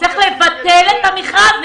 צריך לבטל את המכרז.